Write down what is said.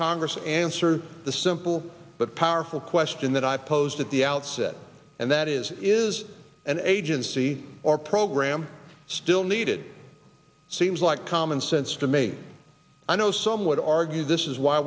congress answer the simple but powerful question that i posed at the outset and that is is an agency or program still needed seems like common sense to me i know some would argue this is why